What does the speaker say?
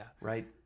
right